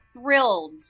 thrilled